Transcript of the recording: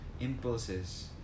impulses